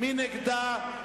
מי נגדה?